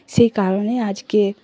সেই কারণে আজকে